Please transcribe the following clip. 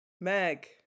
Meg